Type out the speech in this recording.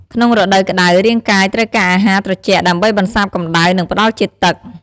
ក្នុងរដូវក្តៅ រាងកាយត្រូវការអាហារត្រជាក់ដើម្បីបន្សាបកម្ដៅ និងផ្តល់ជាតិទឹក។